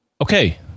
okay